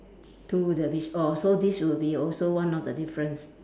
to the beach oh so this will be also one of the difference